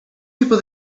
people